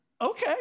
okay